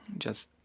just